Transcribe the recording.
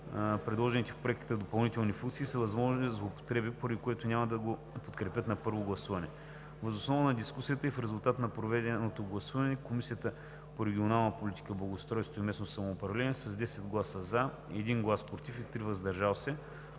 предложените в проекта допълнителни функции са възможни злоупотреби, поради което няма да го подкрепят на първо гласуване. Въз основа на дискусията и в резултат на проведеното гласуване Комисията по регионална политика, благоустройство и местно самоуправление с 10 гласа „за“, 1 глас „против“ и 3 гласа „въздържал се“